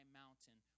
mountain